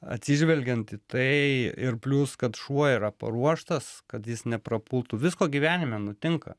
atsižvelgiant į tai ir plius kad šuo yra paruoštas kad jis neprapultų visko gyvenime nutinka